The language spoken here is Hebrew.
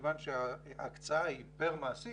מכיוון שההקצאה היא פר מעסיק